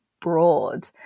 broad